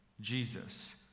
Jesus